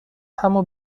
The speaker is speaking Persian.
همو